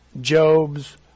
Job's